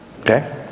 okay